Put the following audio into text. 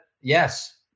Yes